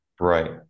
right